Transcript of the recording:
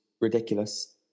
ridiculous